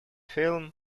film